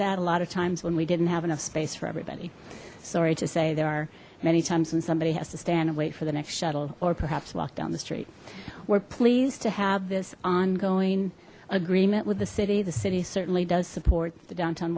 that a lot of times when we didn't have enough space for everybody sorry to say there are many times when somebody has to stand and wait for the next shuttle or perhaps walk down the street we're pleased to have this ongoing agreement with the city the city certainly does support the downtown